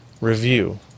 Review